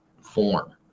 form